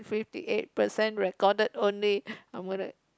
fifty eight percent recorded only I'm gonna